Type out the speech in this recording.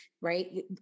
right